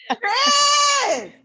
Chris